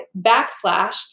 backslash